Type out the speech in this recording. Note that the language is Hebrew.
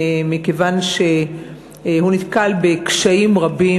מכיוון שהוא נתקל בקשיים רבים,